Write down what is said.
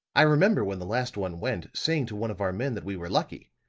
i remember, when the last one went, saying to one of our men that we were lucky.